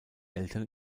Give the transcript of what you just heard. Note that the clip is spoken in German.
eltern